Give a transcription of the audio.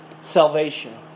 Salvation